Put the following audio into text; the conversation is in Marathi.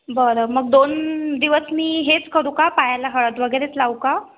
बरं मग दोन दिवस मी हेच करू का पायाला हळद वगैरेच लावू का